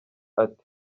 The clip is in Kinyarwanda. ati